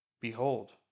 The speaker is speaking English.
Behold